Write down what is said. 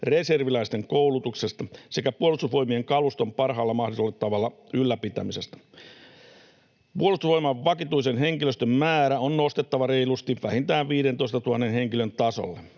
reserviläisten koulutuksesta sekä Puolustusvoimien kaluston ylläpitämisestä parhaalla mahdollisella tavalla. Puolustusvoimain vakituisen henkilöstön määrää on nostettava reilusti vähintään 15 000 henkilön tasolle.